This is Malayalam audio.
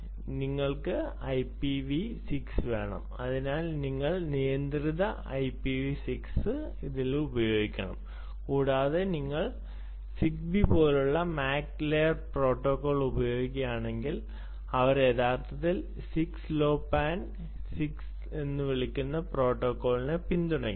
നിങ്ങൾക്ക് IPv6 വേണം അതിനാൽ നിങ്ങൾ നിയന്ത്രിത IPv6 ഇടണം കൂടാതെ നിങ്ങൾ സിഗ് ബീ പോലുള്ള മാക് ലെയർ പ്രോട്ടോക്കോൾ ഉപയോഗിക്കുകയാണെങ്കിൽ അവർ യഥാർത്ഥത്തിൽ 6 ലോ പാൻ 6 എന്ന് വിളിക്കുന്ന ഒരു പ്രോട്ടോക്കോളിനെ പിന്തുണയ്ക്കുന്നു